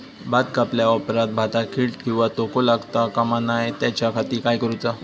भात कापल्या ऑप्रात भाताक कीड किंवा तोको लगता काम नाय त्याच्या खाती काय करुचा?